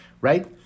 right